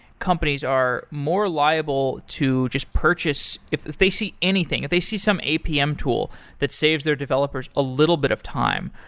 companies are more liable to just purchase if they see anything. if they see some apm tool that saves their developers a little bit of time,